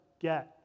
get